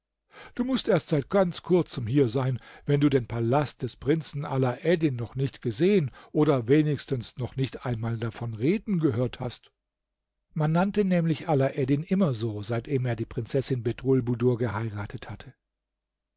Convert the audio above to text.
du mußt erst seit ganz kurzem hier sein wenn du den palast des prinzen alaeddin noch nicht gesehen oder wenigstens noch nicht einmal davon reden gehört hast man nannte nämlich alaeddin immer so seitdem er die prinzessin bedrulbudur geheiratet hatte